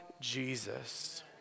Jesus